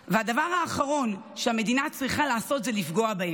והדבר האחרון שהמדינה צריכה לעשות זה לפגוע בהם.